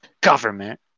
Government